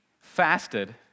fasted